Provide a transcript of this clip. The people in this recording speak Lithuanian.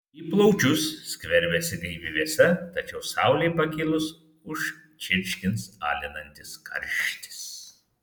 į plaučius skverbiasi gaivi vėsa tačiau saulei pakilus užčirškins alinantis karštis